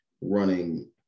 running